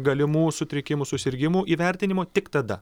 galimų sutrikimų susirgimų įvertinimo tik tada